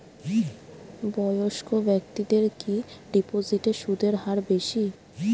বয়স্ক ব্যেক্তিদের কি ডিপোজিটে সুদের হার বেশি?